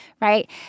right